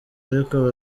ariko